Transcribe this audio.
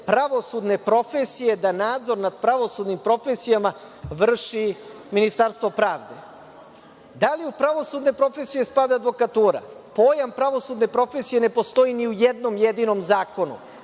pravosudne profesije, da nadzor nad pravosudnim profesijama vrši Ministarstvo pravde. Da li u pravosudne profesije spada advokatura? Pojam pravosudne profesije ne postoji ni u jednom jedinom zakonu.